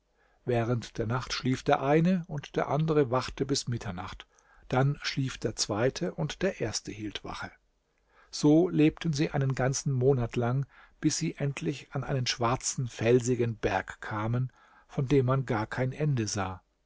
während der nacht schlief der eine und der andere wachte bis mitternacht dann schlief der zweite und der erste hielt wache so lebten sie einen ganzen monat lang bis sie endlich an einen schwarzen felsigen berg kamen von dem man gar kein ende sah